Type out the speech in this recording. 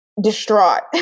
distraught